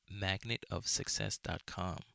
magnetofsuccess.com